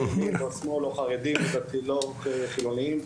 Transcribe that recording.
לא ימין, לא שמאל, לא חרדים, לא חילוניים.